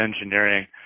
engineering